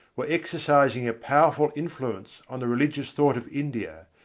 were exercising a powerful influence on the religious thought of india,